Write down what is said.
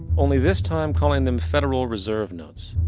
only this time, calling them federal reserve notes.